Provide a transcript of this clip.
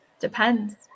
depends